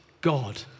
God